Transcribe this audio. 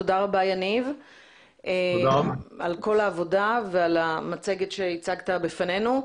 תודה רבה יניב על כל העבודה ועל המצגת שהצגת בפנינו.